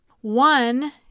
One